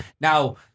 Now